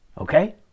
Okay